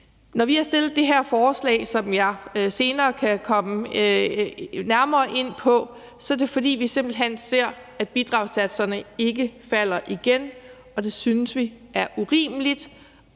Når vi har fremsat det her forslag, som jeg senere kan komme nærmere ind på, er det, fordi vi simpelt hen ser, at bidragssatserne ikke falder igen, og det synes vi er urimeligt.